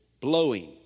blowing